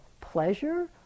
pleasure